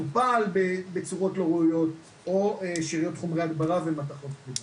טופל בצורות לא ראויות או שאריות חומרי הדברה ומתכות.